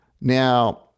Now